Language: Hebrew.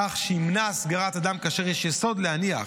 כך שימנע הסגרת אדם כאשר יש יסוד להניח